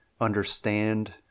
understand